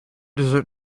desert